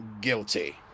guilty